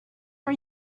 are